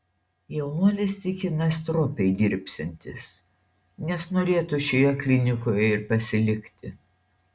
jaunuolis tikina stropiai dirbsiantis nes norėtų šioje klinikoje ir pasilikti